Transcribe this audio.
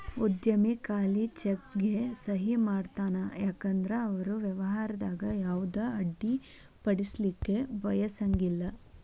ಉದ್ಯಮಿ ಖಾಲಿ ಚೆಕ್ಗೆ ಸಹಿ ಮಾಡತಾನ ಯಾಕಂದ್ರ ಅವರು ವ್ಯವಹಾರದಾಗ ಯಾವುದ ಅಡ್ಡಿಪಡಿಸಲಿಕ್ಕೆ ಬಯಸಂಗಿಲ್ಲಾ